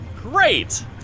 Great